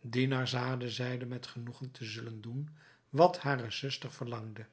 dinarzade zeide met genoegen te zullen doen wat hare zuster verlangde